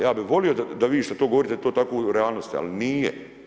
Ja bih volio da vi što to govorite to tako u realnosti, ali nije.